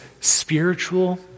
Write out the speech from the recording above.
spiritual